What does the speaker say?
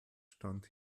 stand